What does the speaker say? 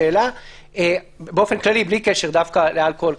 בלי קשר דווקא לאלכוהול.